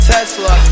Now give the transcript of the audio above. Tesla